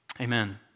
Amen